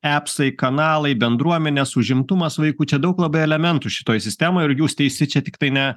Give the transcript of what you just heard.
epsai kanalai bendruomenės užimtumas vaikų čia daug labai elementų šitoj sistemoj ir jūs teisi čia tiktai ne